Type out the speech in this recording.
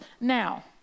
now